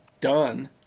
done